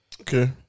Okay